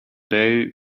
day